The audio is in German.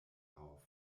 auf